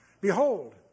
Behold